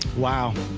wow!